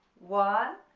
one,